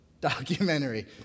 documentary